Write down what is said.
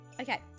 okay